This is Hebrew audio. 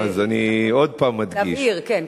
אני עוד הפעם אדגיש.